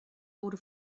wurde